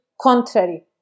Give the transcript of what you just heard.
contrary